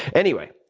anyway,